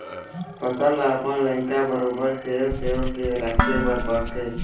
फसल ल अपन लइका बरोबर सेव सेव के राखे बर परथे